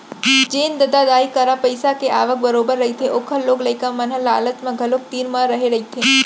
जेन ददा दाई करा पइसा के आवक बरोबर रहिथे ओखर लोग लइका मन ह लालच म घलोक तीर म रेहे रहिथे